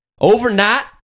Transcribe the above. Overnight